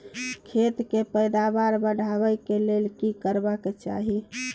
खेत के पैदावार बढाबै के लेल की करबा के चाही?